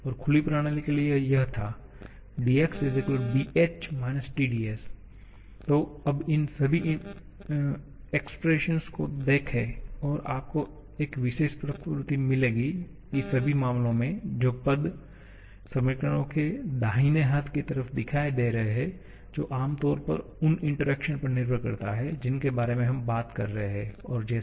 और खुली प्रणाली के लिए यह था dX dH − TdS तो अब इन सभी एक्सरेप्शन को देखें और आपको एक विशेष प्रवृत्ति मिलेगी कि सभी मामलों में जो पद समीकरणों के दाहिने हाथ की तरफ दिखाई दे रहे हैं जो आम तौर पर उन इंटरैक्शन पर निर्भर करता है जिनके बारे में हम बात कर रहे हैं जैसे कि हीट इंटरैक्शन